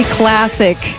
classic